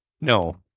No